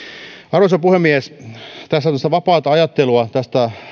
arvoisa puhemies tässä tällaista vapaata ajattelua tästä